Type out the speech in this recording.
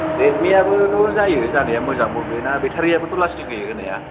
रेडमिआबोथ' जायो जानाया मोजांबो बेना बेटारियाबोथ' लास्टिं होयो होनाया